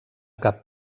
cap